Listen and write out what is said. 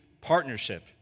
partnership